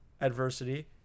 adversity